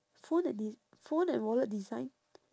phone and des~ phone and wallet design